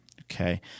Okay